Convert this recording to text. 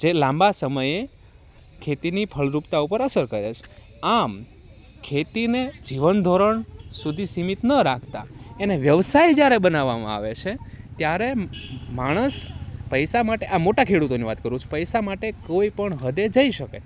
જે લાંબા સમયે ખેતીની ફળદ્રુપતા ઉપર અસર કરે છે આમ ખેતીને જીવનધોરણ સુધી સીમિત ન રાખતા એને વ્યવસાય જ્યારે બનાવવામાં આવે છે ત્યારે માણસ પૈસા માટે આ મોટા ખેડૂતોની વાત કરું છું પૈસા માટે કોઈ પણ હદે જઈ શકે